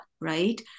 Right